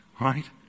Right